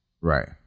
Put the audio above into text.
Right